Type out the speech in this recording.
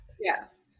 Yes